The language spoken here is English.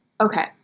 Okay